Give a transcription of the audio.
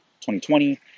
2020